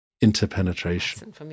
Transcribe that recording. interpenetration